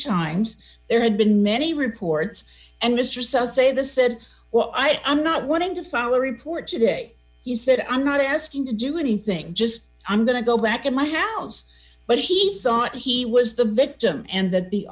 times there had been many reports and mr so say the said well i'm not wanting to file a report today he said i'm not asking to do anything just i'm going to go back in my house but he thought he was the victim and that the